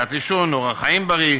מניעת עישון ואורח חיים בריא,